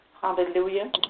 Hallelujah